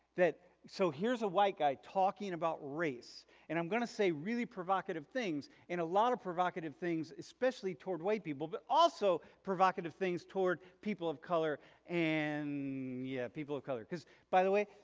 that, so here's a white guy talking about race and i'm gonna say really provocative things and a lot of provocative things especially toward white people but also provocative things toward people of color and yeah, people of color. because, by the way,